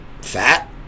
fat